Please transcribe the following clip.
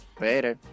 Later